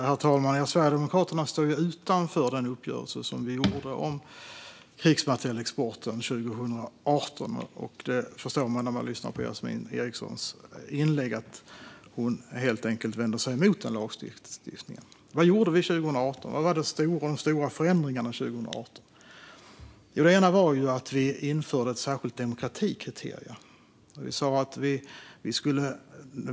Herr talman! Sverigedemokraterna står utanför den uppgörelse som vi gjorde om krigsmaterielexporten 2018. När man lyssnar på Yasmine Erikssons inlägg förstår man att hon helt enkelt vänder sig mot den lagstiftningen. Vad gjorde vi då 2018? Vilka var de stora förändringar som skedde då? Jo, det ena var att vi införde ett särskilt demokratikriterium.